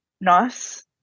nice